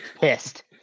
pissed